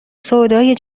سودای